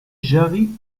jarry